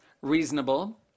reasonable